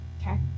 Okay